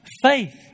faith